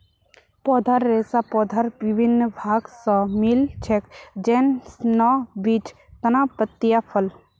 पौधार रेशा पौधार विभिन्न भाग स मिल छेक, जैन न बीज, तना, पत्तियाँ, फल